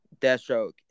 Deathstroke